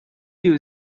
you